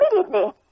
immediately